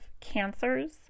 cancers